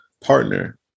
partner